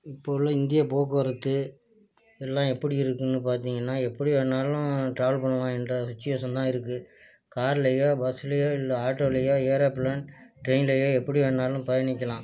இப்போ உள்ள இந்திய போக்குவரத்து எல்லாம் எப்படி இருக்குனு பார்த்திங்கன்னா எப்படி வேணாலும் டிராவல் பண்ணலான்ற சுட்சுவேஷன் தான் இருக்குது கார்லேயோ பஸ்லேயோ இல்லை ஆட்டோலேயோ ஏரோப்பிளேன் டிரையின்லேயோ எப்படி வேணாலும் பயணிக்கலாம்